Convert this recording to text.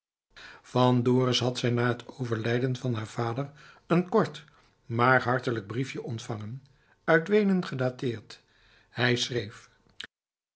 van dorus had zij na het overlijden van haar vader een kort maar hartelijk briefje ontvangen uit weenen gedateerd hij schreef